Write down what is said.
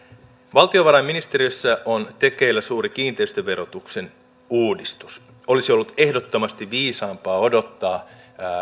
valtiovarainministeriössä on tekeillä suuri kiinteistöverotuksen uudistus olisi ollut ehdottomasti viisaampaa odottaa